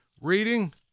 reading